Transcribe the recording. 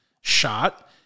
shot